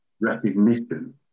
recognition